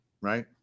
right